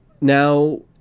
Now